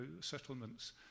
settlements